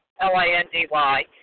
L-I-N-D-Y